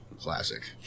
Classic